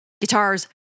Guitars